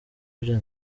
ibyo